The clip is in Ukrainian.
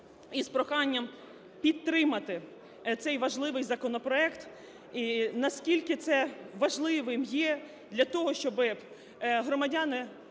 із проханням підтримати цей важливий законопроект, на скільки це важливим є для того, щоб громадяни,